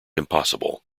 impossible